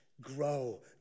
grow